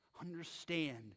Understand